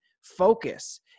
focus